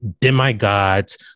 demigods